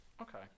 Okay